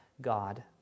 God